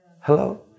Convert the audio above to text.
Hello